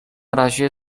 razie